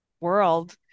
world